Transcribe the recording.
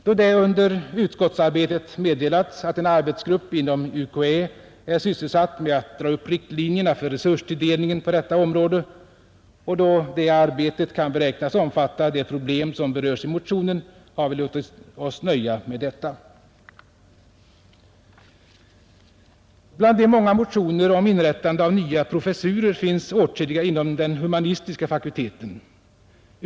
Då det under utskottsarbetet meddelats att en arbetsgrupp inom UKÄ är sysselsatt med att dra upp riktlinjerna för resurstilldelningen på detta område och då detta arbete kan beräknas omfatta det problem som berörs i motionen, har vi låtit oss nöja med detta. I många motioner har föreslagits inrättande av nya professurer av vilka åtskilliga finns inom den humanistiska fakulteten.